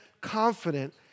confident